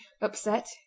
upset